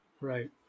Right